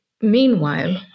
meanwhile